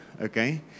Okay